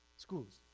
schools,